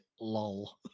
lol